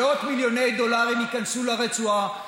מאות מיליוני דולרים יכנסו לרצועה,